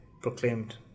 proclaimed